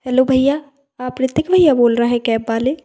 hello भैया आप ऋतिक भैया बोल रहे हैं कैब वाले